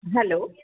hello